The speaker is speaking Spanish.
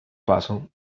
paso